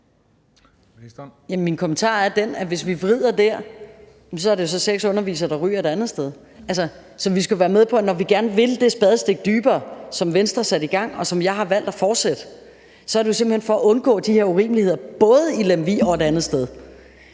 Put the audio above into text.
Min kommentar er den, at hvis vi vrider der, er det seks undervisere, der ryger et andet sted. Så vi skal være med på, at når vi gerne vil det spadestik dybere, som Venstre satte i gang, og som jeg har valgt at fortsætte, er det simpelt hen for at undgå de her urimeligheder, både i Lemvig og et andet sted.